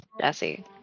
jesse